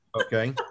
okay